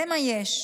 זה מה יש,